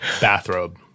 bathrobe